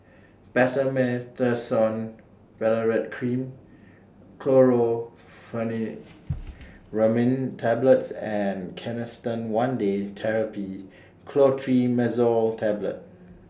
Betamethasone Valerate Cream Chlorpheniramine Tablets and Canesten one Day Therapy Clotrimazole Tablet